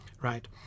right